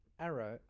Arrow